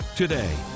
Today